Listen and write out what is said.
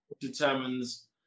Determines